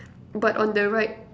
but on the right